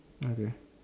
okay